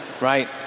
right